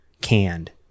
canned